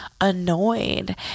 annoyed